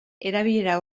erabilera